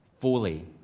fully